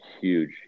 huge